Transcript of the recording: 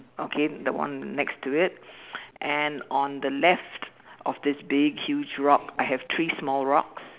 okay the one next to it and on the left of this big huge rock I have three small rocks